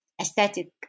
aesthetic